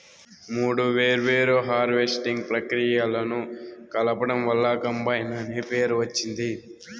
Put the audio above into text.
మూడు వేర్వేరు హార్వెస్టింగ్ ప్రక్రియలను కలపడం వల్ల కంబైన్ అనే పేరు వచ్చింది